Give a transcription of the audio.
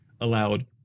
allowed